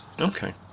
Okay